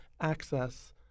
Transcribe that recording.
access